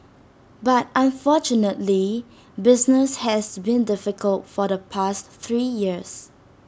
but unfortunately business has been difficult for the past three years